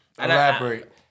Elaborate